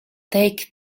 take